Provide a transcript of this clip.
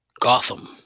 Gotham